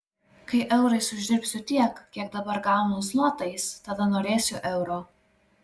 kai eurais uždirbsiu tiek kiek dabar gaunu zlotais tada norėsiu euro